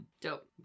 Dope